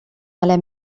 على